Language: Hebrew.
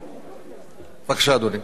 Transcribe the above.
בבקשה, אדוני.